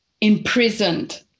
imprisoned